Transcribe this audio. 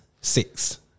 six